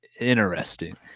interesting